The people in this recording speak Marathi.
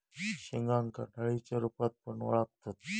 शेंगांका डाळींच्या रूपात पण वळाखतत